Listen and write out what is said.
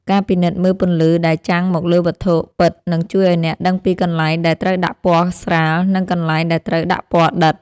ការពិនិត្យមើលពន្លឺដែលចាំងមកលើវត្ថុពិតនឹងជួយឱ្យអ្នកដឹងពីកន្លែងដែលត្រូវដាក់ពណ៌ស្រាល និង កន្លែងដែលត្រូវដាក់ពណ៌ដិត។